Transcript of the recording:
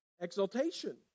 Exaltation